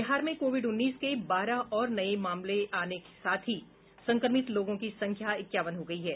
बिहार में कोविड उन्नीस के बारह और नये मामले सामने आने के साथ ही संक्रमित लोगों की संख्या इक्यावन हो गई है